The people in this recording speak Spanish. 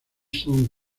son